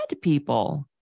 people